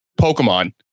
Pokemon